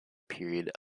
period